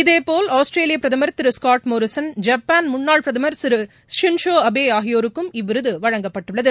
இதேபோஸ் ஆஸ்திரேலிய பிரதமர் திரு ஸ்காட் மோரிசம் ஜப்பாள் முன்னாள் பிரதமர் திரு ஸின் சோ அபே ஆகியோருக்கும் இவ்விருது வழங்கப்பட்டுள்ளது